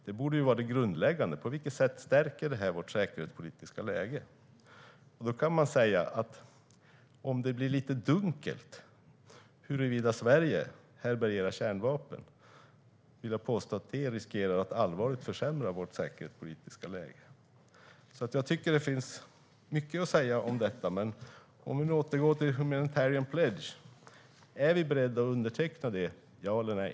Det borde vara grundläggande. På vilket sätt stärker det här vårt säkerhetspolitiska läge? Då kan man säga att om det blir lite dunkelt huruvida Sverige härbärgerar kärnvapen vill jag påstå att detta riskerar att allvarligt försämra vårt säkerhetspolitiska läge. Jag tycker att det finns mycket att säga om detta. Men jag återgår till Humanitarian Pledge: Är vi beredda att underteckna det, ja eller nej?